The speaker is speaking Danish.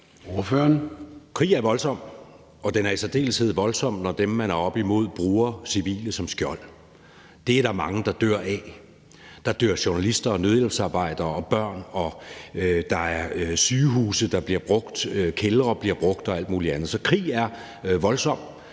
Søe (M): Krig er voldsomt, og den er i særdeleshed voldsom, når dem, man er oppe imod, bruger civile som skjold. Det er der mange, der dør af. Der dør journalister, nødhjælpsarbejdere og børn, og der er sygehuse, der bliver brugt, kældre bliver brugt og alt muligt andet. Så krig er voldsomt.